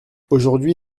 aujourd’hui